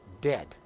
dead